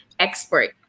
Expert